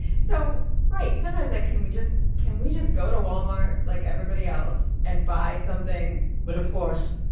so right sometimes, like, can we just can we just go to walmart like everybody else and buy something? but of course,